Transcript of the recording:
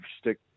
Stick